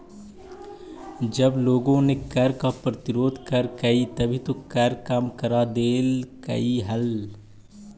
जब लोगों ने कर का प्रतिरोध करकई तभी तो कर कम करा देलकइ हल